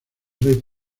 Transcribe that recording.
rey